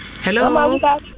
hello